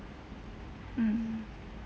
mm